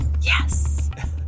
Yes